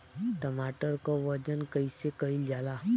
टमाटर क वजन कईसे कईल जाला?